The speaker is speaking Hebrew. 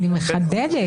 אני מחדדת.